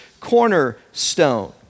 cornerstone